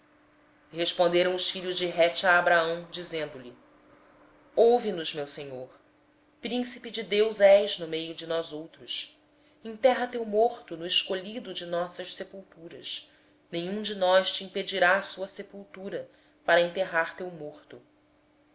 responderam-lhe os filhos de hete ouve nos senhor príncipe de deus és tu entre nós enterra o teu morto na mais escolhida de nossas sepulturas nenhum de nós te vedará a sua sepultura para enterrares o teu morto